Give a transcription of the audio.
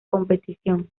competición